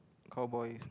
cowboy